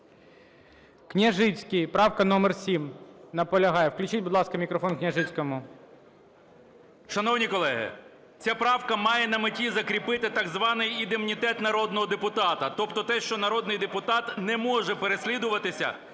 Шановні колеги! Ця правка має на меті закріпити так званий індемнітет народного депутата, тобто те, що народний депутат не може переслідуватися